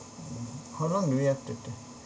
mm how long do we have to to